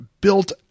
built